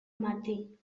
matí